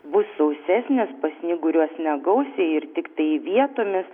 bus sausesnis pasnyguriuos negausiai ir tiktai vietomis